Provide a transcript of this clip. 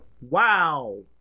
wow